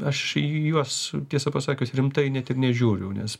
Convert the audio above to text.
aš į juos tiesą pasakius rimtai net ir nežiūriu nes